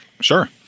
Sure